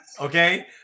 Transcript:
okay